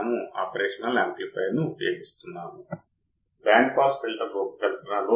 మనం input offset కరెంట్ను కనుగొనాలనుకుంటే సూత్రం Ib | Ib1 Ib2 | కు సమానం